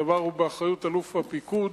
הדבר הוא באחריות אלוף הפיקוד.